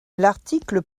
l’article